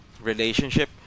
relationship